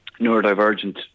neurodivergent